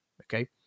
Okay